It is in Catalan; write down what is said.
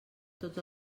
tots